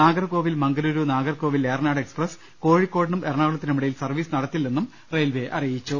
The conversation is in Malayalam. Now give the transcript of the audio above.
നാഗർകോവിൽ മംഗലുരു നാഗർകോവിൽ ഏറനാട് എക്സ്പ്രസ് ്കോഴിക്കോ ടിനുംഎറണാകുളത്തിനുമിടയിൽ സർവ്വീസ് നടത്തില്ലെന്നും റെയിൽവെ അറിയിച്ചു